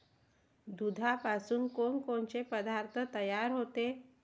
दुधापासून कोनकोनचे पदार्थ तयार होते?